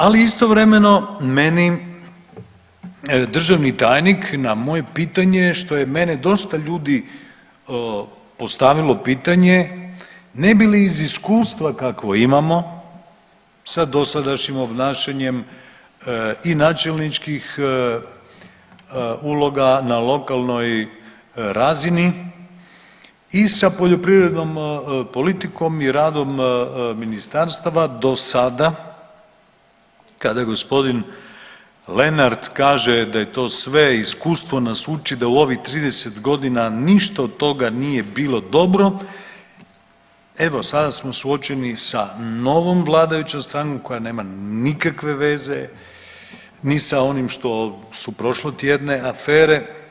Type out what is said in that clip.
Ali istovremeno meni državni tajnik na moje pitanje što je mene dosta ljudi postavilo pitanje ne bi li iz iskustva kakvo imamo sa dosadašnjim obnašanjem i načelničkih uloga na lokalnoj razini i sa poljoprivrednom politikom i radom ministarstava do sada kada gospodin Lenart kaže da je to sve iskustvo nas uči da u ovih 30 godina ništa od toga nije bilo dobro evo sada smo suočeni sa novom vladajućom stranom koja nema nikakve veze ni sa onim što su prošlotjedne afere.